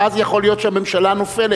שאז יכול להיות שהממשלה נופלת,